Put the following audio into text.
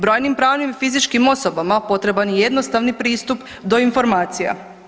Brojnim pravnim i fizičkim osobama potreban je jednostavni pristup do informacija.